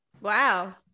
wow